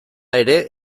ere